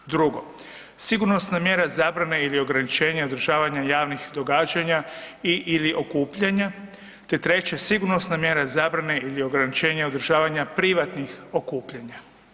Drugo, sigurnosna mjera zabrana ili ograničenja održavanja javnih događanja i/ili okupljanja, te 3. sigurnosna mjera zabrane ili ograničenja održavanja privatnih okupljanja.